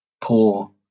poor